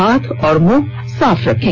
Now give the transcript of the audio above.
हाथ और मुंह साफ रखें